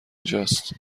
جاست